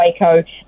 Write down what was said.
Waco